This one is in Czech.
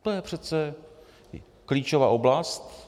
To je přece klíčová oblast.